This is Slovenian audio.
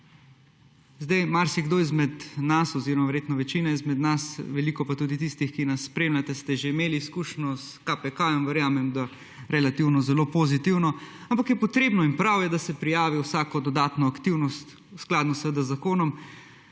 Marsikdo izmed nas oziroma večina izmed nas, veliko pa tudi tistih, ki nas spremljate, ste že imeli izkušnjo s KPK-jem. Verjamem, da relativno zelo pozitivno, ampak je potrebno in prav je, da se prijavi vsaka dodatna aktivnost, skladno seveda z zakonom,